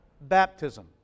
baptism